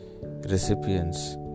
recipients